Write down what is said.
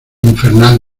infernal